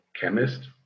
chemist